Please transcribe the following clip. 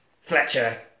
Fletcher